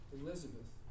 Elizabeth